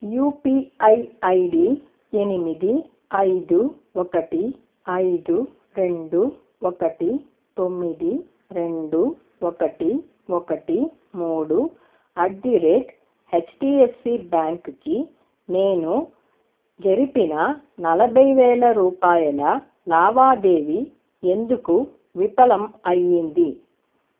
UPI ID ఎనిమిది ఐదు ఒకటి ఐదు రెండు ఒకటి తొమ్మిది రెండు ఒకటి ఒకటి మూడు ఎట్ ది రేట్ హెచ్డిఎఫ్సీ బ్యాంక్కి నేను జరిపిన నలభై వేల రూపాయల లావాదేవి ఎందుకు విఫలం అయింది